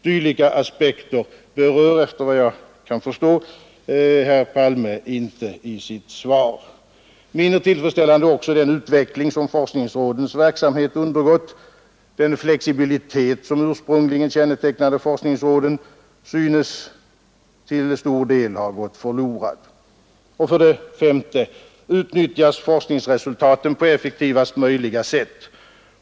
Dylika aspekter berör, efter vad jag kan förstå, herr Palme inte i sitt svar. Mindre tillfredsställande är också den utveckling som forskningsråden undergått. Den flexibilitet som ursprungligen kännetecknade forskningsråden synes till stor del ha gått förlorad. S. Utnyttjas forskningsresultaten på effektivast möjliga sätt?